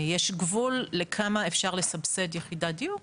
יש גבול לכמה אפשר לסבסד יחידת דיור.